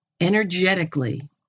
Energetically